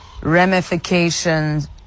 ramifications